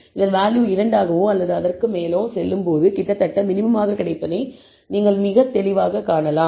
இதன் வேல்யூ 2 ஆகவோ அல்லது அதற்கு மேலோ செல்லும் போது கிட்டத்தட்ட மினிமம் ஆக கிடைப்பதை நீங்கள் மிக தெளிவாகக் காணலாம்